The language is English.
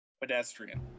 Pedestrian